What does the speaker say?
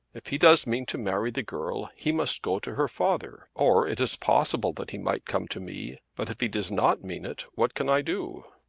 if he does mean to marry the girl he must go to her father or it is possible that he might come to me. but if he does not mean it, what can i do?